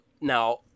Now